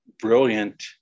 brilliant